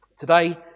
Today